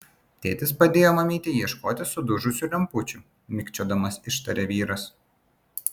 tėtis padėjo mamytei ieškoti sudužusių lempučių mikčiodamas ištarė vyras